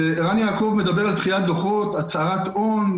ערן יעקב מדבר על דחיית דוחות הצהרת הון,